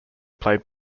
played